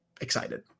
excited